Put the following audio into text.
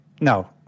no